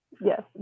Yes